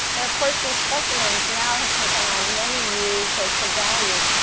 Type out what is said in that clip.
but of course, these specimens now have taken on many new sorts of values,